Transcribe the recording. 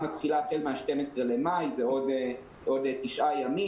מתחילה החל מה-12 במאי, זה בעוד תשעה ימים.